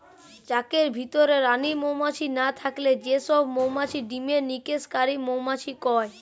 চাকের ভিতরে রানী মউমাছি না থাকলে যে সব মউমাছি ডিমের নিষেক কারি মউমাছি কয়